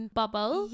bubble